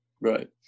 right